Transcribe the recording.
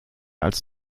als